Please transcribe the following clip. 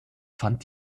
fand